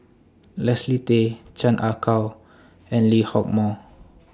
Leslie Tay Chan Ah Kow and Lee Hock Moh